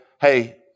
hey